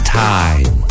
time